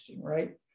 right